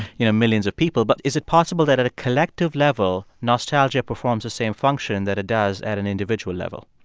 you know, millions of people. but is it possible that at a collective level nostalgia performs the same function that it does at an individual level?